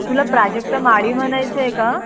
तुला प्राजक्ता माळी म्हणायचं आहे का